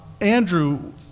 Andrew